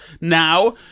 now